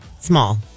small